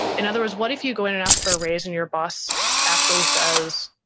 in other words, what if you go in and ask for a raise and your boss actually says,